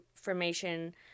information